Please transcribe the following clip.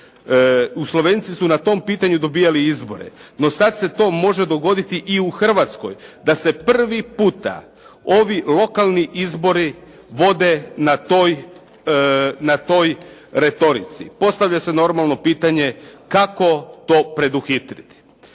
Slovenci su na tom pitanju dobivali izbore, no sada se to može dogoditi i u Hrvatskoj. da se prvi puta ovi lokalni izbori vode na toj retorici. Postavlja se normalno pitanje, kako to preduhitriti?